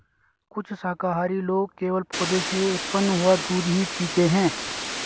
कुछ शाकाहारी लोग केवल पौधों से उत्पन्न हुआ दूध ही पीते हैं